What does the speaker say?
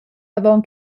avon